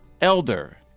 Elder